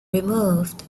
removed